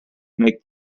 make